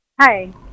Hi